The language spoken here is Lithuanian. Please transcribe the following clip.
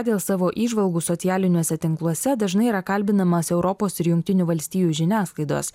dėl savo įžvalgų socialiniuose tinkluose dažnai yra kalbinamas europos ir jungtinių valstijų žiniasklaidos